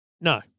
No